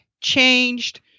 changed